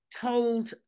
told